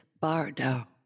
bardo